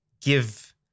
give